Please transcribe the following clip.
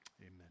Amen